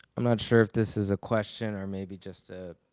i'm not sure if this is a question or maybe just a